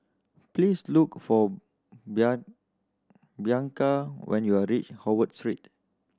please look for Bianca when you are reach Howard